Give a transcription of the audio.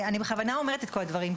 אני בכוונה אומרת את כל הדברים,